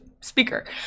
speaker